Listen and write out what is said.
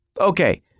Okay